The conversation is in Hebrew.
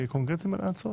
קונקרטיים על ההצעות?